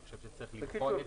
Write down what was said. צריך לבחון את זה.